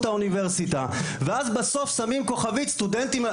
האוניברסיטה ואז בסוף שמים כוכבית סטודנטים,